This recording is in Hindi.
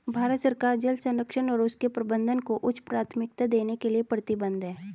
भारत सरकार जल संरक्षण और उसके प्रबंधन को उच्च प्राथमिकता देने के लिए प्रतिबद्ध है